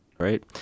Right